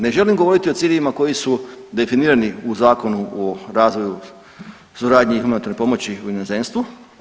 Ne želim govoriti o ciljevima koji su definirani u Zakonu o razvoju, suradnji i unutarnjoj pomoći u inozemstvu.